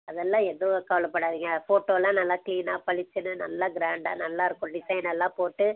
அதெல்லாம் எந்த ஒரு கவலைப்படாதிங்க அது ஃபோட்டோவெல்லாம் நல்லா க்ளீனாக பளிச்சுன்னு நல்லா க்ராண்ட்டாக நல்லாயிருக்கும் டிசைன் எல்லாம் போட்டு